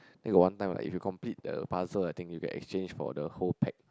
then got one time right if you complete the puzzle I think you can exchange for the whole pack